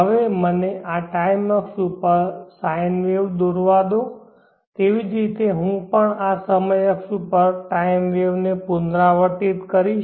હવે મને આ ટાઈમ અક્ષ ઉપર સાઈન વેવ દોરવા દો તેવી જ રીતે હું પણ આ સમય અક્ષ ઉપર પણ ટાઈમ વેવને પુનરાવર્તિત કરીશ